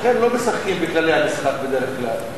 לכן לא משחקים בכללי המשחק בדרך כלל.